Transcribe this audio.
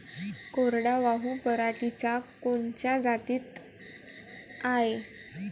कोरडवाहू पराटीच्या कोनच्या जाती हाये?